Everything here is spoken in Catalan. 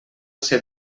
ser